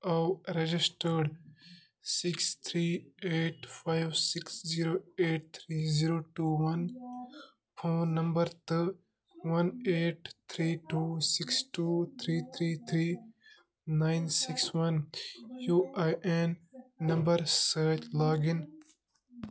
او registered six three eight five six zero eight three zero two one phone number تہٕ one eight three two six two three three three nine six one U I N number سۭتۍ log in